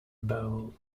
bowl